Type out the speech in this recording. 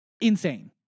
insane